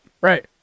Right